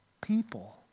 people